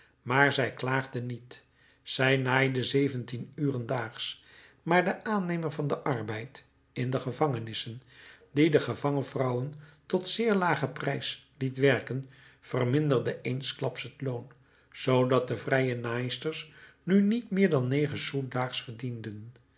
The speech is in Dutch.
maar zij klaagde niet zij naaide zeventien uren daags maar de aannemer van den arbeid in de gevangenissen die de gevangen vrouwen tot zeer lagen prijs liet werken verminderde eensklaps het loon zoodat de vrije naaisters nu niet meer dan negen sous daags verdienden